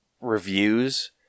reviews